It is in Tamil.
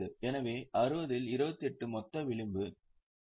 எனவே 60 இல் 28 மொத்த விளிம்பு 46